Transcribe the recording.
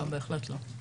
לא, בהחלט לא.